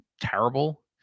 terrible